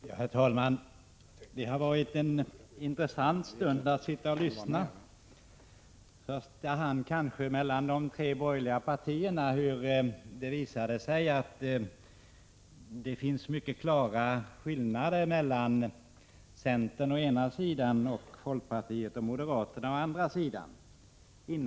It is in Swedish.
Herr talman! Det har varit en intressant stund att sitta och lyssna, när det visat sig att det inom utbildningspolitikens område kanske i första hand mellan de tre borgerliga partierna finns mycket klara skillnader, mellan centern å ena sidan och folkpartiet och moderater å andra sidan.